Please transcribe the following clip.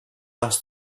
asked